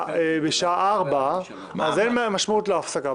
בשעה 16 אז אין משמעות להפסקה.